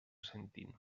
sentin